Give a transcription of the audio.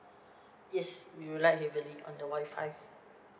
yes we rely heavily on the wi-fi